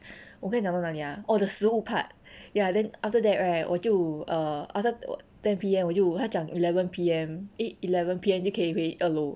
我跟你讲到哪里 ah oh the 食物 part ya then after that right 我就 err after ten P_M 我就他讲 eleven P_M eh eleven P_M 就可以回二楼